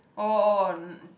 oh oh oh on